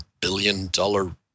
billion-dollar